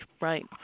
right